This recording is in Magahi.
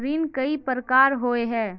ऋण कई प्रकार होए है?